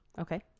Okay